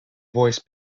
voice